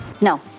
No